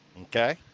Okay